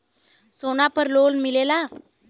सोना पर लोन मिलेला?